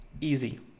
easy